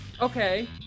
Okay